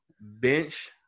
bench